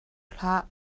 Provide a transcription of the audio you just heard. hlah